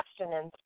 abstinence